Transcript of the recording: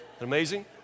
Amazing